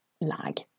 lag